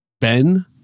Ben